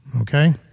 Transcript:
okay